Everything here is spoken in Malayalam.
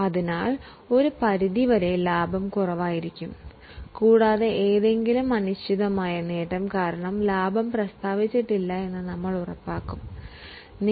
അതിനാൽ ഒരു പരിധി വരെ ലാഭത്തിൻറെ മതിപ്പു കുറച്ചു കാട്ടി ഒരു അനിശ്ചിത നേട്ടം മൂലം ലാഭത്തിൻറെ മതിപ്പു കൂടാതിരിക്കാൻ നാം പ്രത്യേകം ശ്രദ്ധിക്കുന്നു